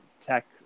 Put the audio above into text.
tech